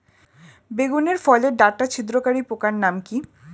বেগুনের ফল ওর ডাটা ছিদ্রকারী পোকার নাম কি?